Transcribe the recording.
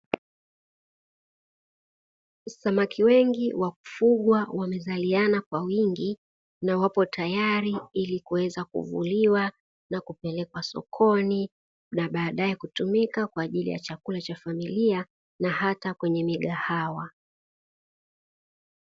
Samaki wengi wakufugwa wamezaliana kwa wingi, na wapo tayari ili kuweza kuvuliwa na kupelekwa sokoni, na baadae kutumika kwa ajili ya chakula cha familia, na hata kwenye migahawa.